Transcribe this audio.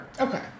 Okay